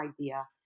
idea